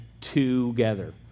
together